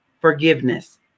forgiveness